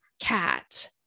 cat